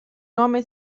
nome